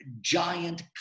giant